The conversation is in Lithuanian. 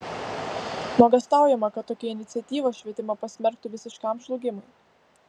nuogąstaujama kad tokia iniciatyva švietimą pasmerktų visiškam žlugimui